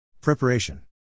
Preparation